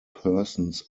persons